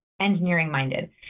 engineering-minded